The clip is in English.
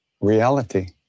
reality